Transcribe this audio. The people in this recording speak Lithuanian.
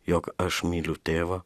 jog aš myliu tėvą